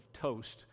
toast